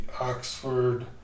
Oxford